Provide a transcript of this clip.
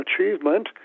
achievement